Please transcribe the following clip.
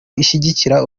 ishyigikira